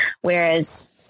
Whereas